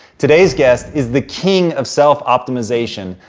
today's guest is the king of self optimization.